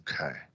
Okay